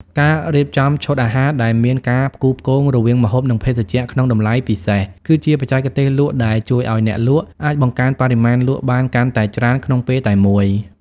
ការរៀបចំឈុតអាហារដែលមានការផ្គូរផ្គងរវាងម្ហូប និងភេសជ្ជៈក្នុងតម្លៃពិសេស គឺជាបច្ចេកទេសលក់ដែលជួយឱ្យអ្នកលក់អាចបង្កើនបរិមាណលក់បានកាន់តែច្រើនក្នុងពេលតែមួយ។